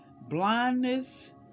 blindness